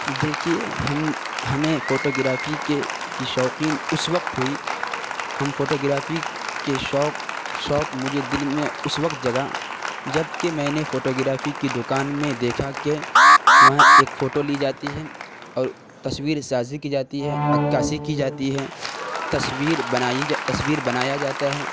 دیکھیے ہم ہمیں فوٹو گرافی کے کی شوقین اس وقت ہوئی ہم فوٹو گرافی کے شوق شوق مجھے دل میں اس وقت جگا جبکہ میں نے فوٹو گرافی کی دوکان میں دیکھا کہ وہاں ایک فوٹو لی جاتی ہے اور تصویر سازی کی جاتی ہے عکاسی کی جاتی ہے تصویر بنائی جا تصویر بنایا جاتا ہے